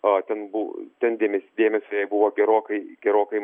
o ten bū ten dėmes dėmesį jai buvo gerokai gerokai